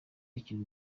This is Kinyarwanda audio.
bakira